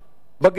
בגטאות.